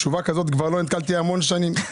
תשובה כזאת כבר לא נתקלתי המון שנים.